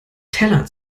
teller